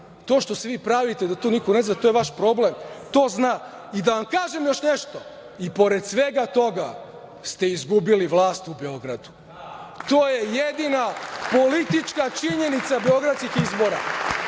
To što se vi pravite da to niko ne zna, to je vaš problem. Da vam kažem još nešto, i pored svega toga ste izgubili vlast u Beogradu. To je jedina politička činjenica beogradskih izbora.